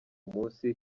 munsi